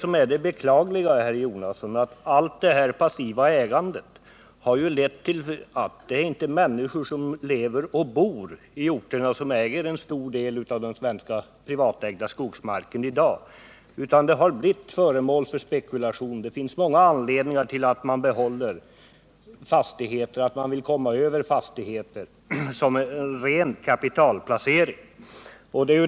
Men det beklagliga, herr Jonasson, är ju att allt det passiva ägandet har lett till att det inte är människor som lever och bor i orterna som äger en stor del av den svenska privatägda skogsmarken i dag, utan att den marken har blivit föremål för spekulation. Det finns många anledningar till att man behåller fastigheter och att man vill förvärva sådana som ren kapitalplacering.